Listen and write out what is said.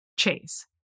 chase